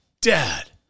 dad